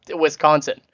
Wisconsin